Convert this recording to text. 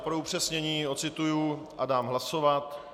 Pro upřesnění odcituji a dám hlasovat.